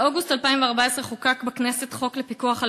באוגוסט 2014 חוקק בכנסת חוק לפיקוח על